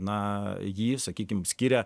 na jį sakykim skiria